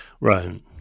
Right